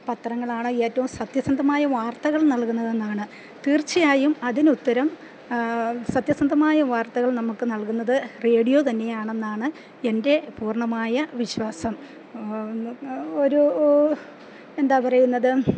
പത്രങ്ങളാണോ ഏറ്റവും സത്യസന്ധമായ വാർത്തകൾ നൽകുന്നതെന്നാണ് തീർച്ചയായും അതിനുത്തരം സത്യസന്ധമായ വാർത്തകൾ നമുക്ക് നൽകുന്നത് റേഡിയോ തന്നെയാണെന്നാണ് എൻ്റെ പൂർണ്ണമായ വിശ്വാസം ഒരു എന്താണ് പറയുന്നത്